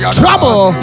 trouble